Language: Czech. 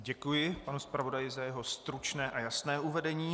Děkuji panu zpravodaji za jeho stručné a jasné uvedení.